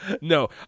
No